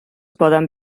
poden